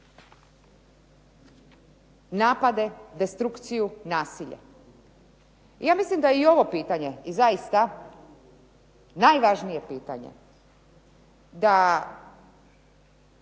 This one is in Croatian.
napade, destrukciju, nasilje. Ja mislim da je i ovo pitanje i zaista najvažnije pitanje da